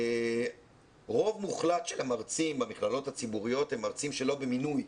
רוב מוחלט של המרצים במכללות הציבוריות הם מרצים שלא במינוי,